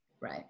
Right